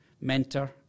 mentor